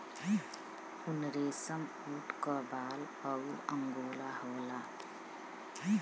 उनरेसमऊट क बाल अउर अंगोरा होला